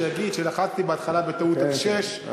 שיגיד שלחצתי בתחילה בקלות על שש,